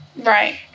Right